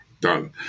done